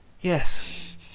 Yes